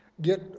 get